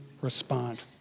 respond